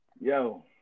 Yo